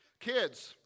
Kids